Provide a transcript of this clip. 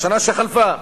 השנה שחלפה,